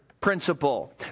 principle